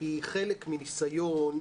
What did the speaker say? היא חלק מניסיון,